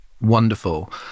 wonderful